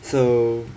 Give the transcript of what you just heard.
so